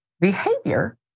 behavior